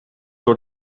door